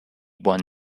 won